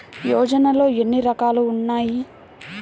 యోజనలో ఏన్ని రకాలు ఉన్నాయి?